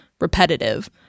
repetitive